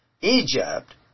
Egypt